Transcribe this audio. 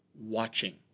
watching